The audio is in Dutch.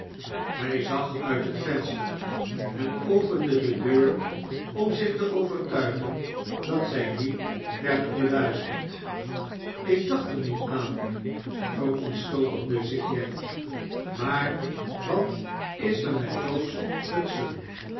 hij zag uit het venster en opende de deur om zich te overtuigen dat zy niet werden beluisterd ik dacht er niet aan verontschuldigde zich jem maar wat is er met josh hudson